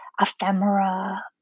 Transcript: ephemera